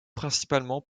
principalement